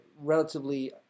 relatively